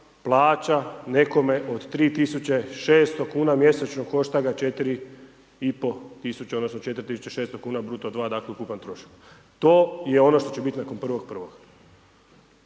plaća nekome od 3.600,00 kn mjesečno košta ga 4.500,00 kn odnosno 4.600,00 kn bruto dva, dakle, ukupan trošak. To je ono što će biti nakon 1.1.